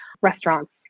restaurants